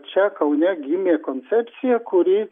čia kaune gimė koncepcija kuri